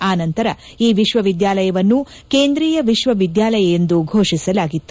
ಆ ನಂತರ ಈ ವಿಶ್ವವಿದ್ಯಾಲಯವನ್ನು ಕೇಂದ್ರೀಯ ವಿಶ್ವವಿದ್ಯಾಲಯ ಎಂದು ಘೋಷಿಸಲಾಗಿತ್ತು